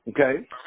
Okay